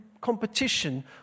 competition